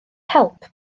help